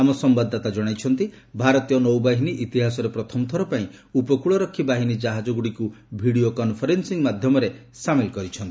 ଆମ ସମ୍ଭାଦଦାତା ଜଣାଇଛନ୍ତି ଭାରତୀୟ ନୌବାହିନୀ ଇତିହାସରେ ପ୍ରଥମଥର ପାଇଁ ଉପକୂଳରକ୍ଷୀ ବାହିନୀ କ୍ରାହାଜଗୁଡ଼ିକୁ ଭିଡ଼ିଓ କନ୍ଫରେନ୍ସିଂ ମାଧ୍ୟମରେ ସାମିଲ କରାଯାଇଛି